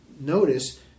notice